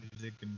music